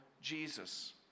Jesus